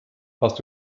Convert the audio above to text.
hast